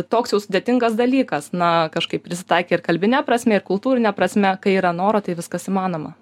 toks jau sudėtingas dalykas na kažkaip prisitaikė ir kalbine prasme ir kultūrine prasme kai yra noro tai viskas įmanoma